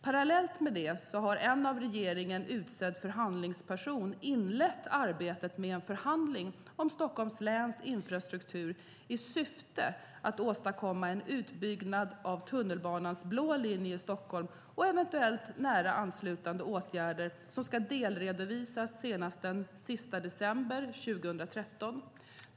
Parallellt med det har en av regeringen utsedd förhandlingsperson inlett arbetet med en förhandling om Stockholms läns infrastruktur i syfte att åstadkomma en utbyggnad av tunnelbanans blå linje i Stockholm och eventuellt nära anslutande åtgärder som ska delredovisas senast den 31 december 2013.